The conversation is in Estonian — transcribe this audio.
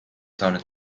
saanud